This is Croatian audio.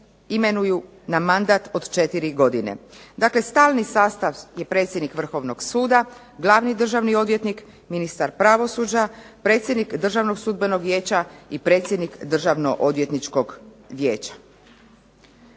imenuju na mandat od 4 godine. Dakle stalni sastav je predsjednik Vrhovnog suda, glavni državni odvjetnik, ministar pravosuđa, predsjednik Državnog sudbenog vijeća i predsjednik Državnoodvjetničkog vijeća.